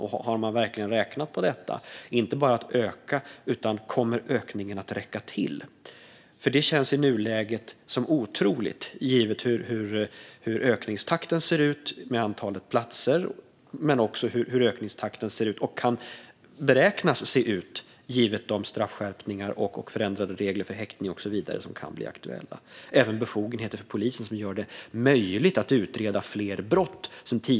Har regeringen verkligen räknat på detta? Det handlar inte bara om en ökning utan också om ökningen kommer att räcka till. I nuläget känns det inte troligt, givet hur ökningstakten ser ut vad gäller antalet platser. Det gäller även hur ökningstakten kan beräknas se ut med de straffskärpningar, de förändrade reglerna för häktning och så vidare som kan bli aktuella. Även polisens befogenheter som gör det möjligt att utreda fler brott spelar in här.